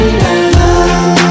love